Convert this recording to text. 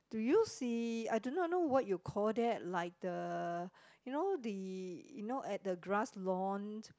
do you see I do not know what you called that like the you know the you know at the grass lawn